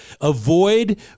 Avoid